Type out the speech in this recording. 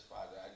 Father